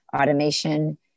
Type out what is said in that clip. automation